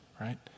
right